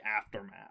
aftermath